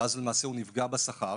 ואז למעשה הוא נפגע בשכר